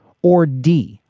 or d,